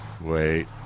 wait